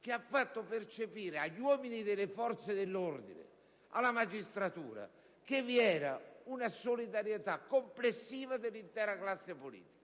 che ha fatto percepire agli uomini delle forze dell'ordine e alla magistratura che vi era una solidarietà complessiva dell'intera classe politica?